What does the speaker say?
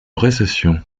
récession